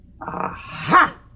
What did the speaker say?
Aha